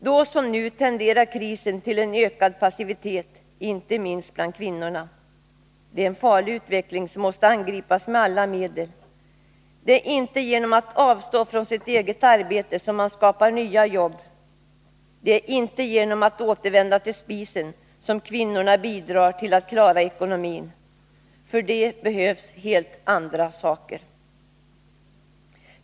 Då som nu tenderar krisen att leda till en ökad passivitet, inte minst bland kvinnorna. Det är en farlig utveckling, som måste angripas med alla medel. Det är inte genom att avstå från sitt eget arbete som man skapar nya jobb. Det är inte genom att återvända till spisen som kvinnor bidrar till att klara ekonomin. För det behövs helt andra saker.